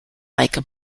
like